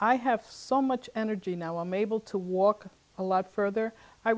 i have so much energy now i'm able to walk a lot further i